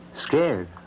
Scared